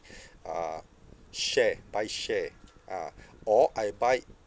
uh share buy share ah or I buy